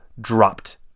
dropped